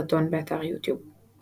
סרטון באתר יוטיוב ==